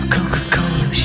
Coca-Cola